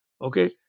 Okay